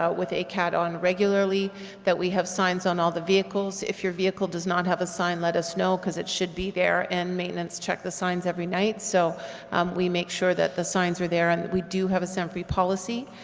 ah with acat on regularly that we have signs on all the vehicles. if your vehicle does not have a sign let us know, because it should be there and maintenance check the signs every night, so we make sure that the signs are there and that we do have a scent-free policy.